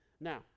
now